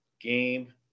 Game